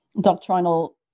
doctrinal